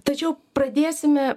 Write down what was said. tačiau pradėsime